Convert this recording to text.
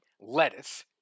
lettuce